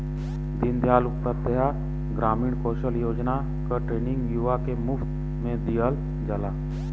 दीन दयाल उपाध्याय ग्रामीण कौशल योजना क ट्रेनिंग युवा के मुफ्त में दिहल जाला